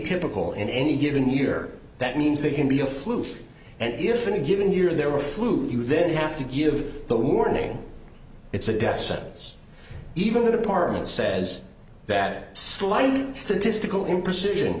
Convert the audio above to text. typical in any given year that means they can be a fluke and if in a given year there were flu you then have to give the warning it's a death sentence even the department says that slight statistical imprecision